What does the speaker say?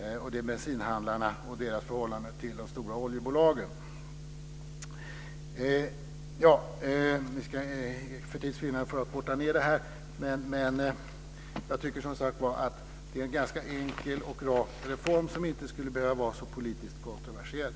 Det gäller bensinhandlarna och deras förhållande till de stora oljebolagen. För tids vinnande får jag korta ned mitt anförande, men jag tycker som sagt att det här är en ganska enkel och rak reform som inte skulle behöva vara så politiskt kontroversiell.